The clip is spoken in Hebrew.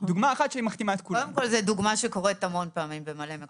זו דוגמה שקורית המון פעמים בהרבה מקומות.